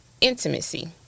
intimacy